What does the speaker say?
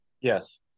Yes